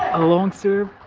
alone sir